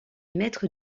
maîtres